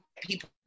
people